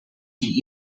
die